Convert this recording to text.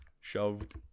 shoved